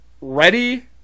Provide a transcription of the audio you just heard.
ready